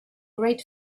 great